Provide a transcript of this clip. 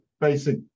basic